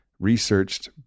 researched